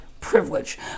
Privilege